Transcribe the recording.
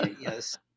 yes